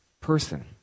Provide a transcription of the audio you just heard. person